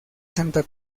santa